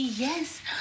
Yes